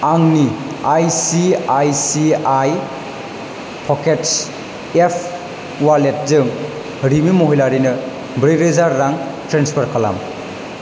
आंनि I C I C I pockets app वालेटजों रिमि महिलारिनो ब्रै रोजा रां ट्रेन्सफार खालाम